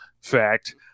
fact